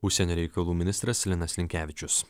užsienio reikalų ministras linas linkevičius